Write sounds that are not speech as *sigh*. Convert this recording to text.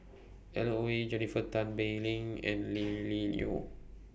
Alan Oei Jennifer Tan Bee Leng and *noise* Lily Neo